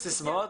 לסיכום,